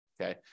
Okay